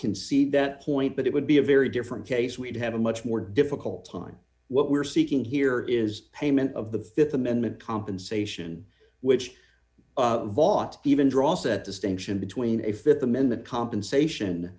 concede that point but it would be a very different case we'd have a much more difficult time what we're seeking here is payment of the th amendment compensation which vaught even draw said distinction between a th amendment compensation